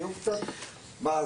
תהיו קצת מעשיים.